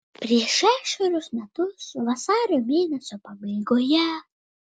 prieš šešerius metus vasario mėnesio pabaigoje